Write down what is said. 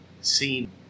seen